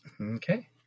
Okay